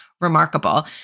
remarkable